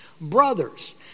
Brothers